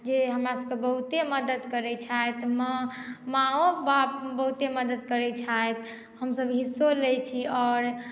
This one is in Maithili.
जे हमरासभकेँ बहुते मदद करैत छथि ओहिमे माँओ बाप बहुते मदद करैत छथि हमसभ हिस्सो लैत छी आओर